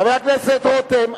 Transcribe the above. חבר הכנסת רותם,